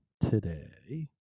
today